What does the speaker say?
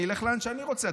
אני אלך לאן שאני רוצה,